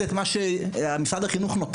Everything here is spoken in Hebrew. בבית הספר את חומר הלימוד של משרד החינוך,